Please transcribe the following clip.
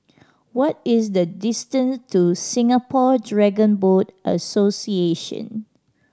what is the distance to Singapore Dragon Boat Association